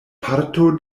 parto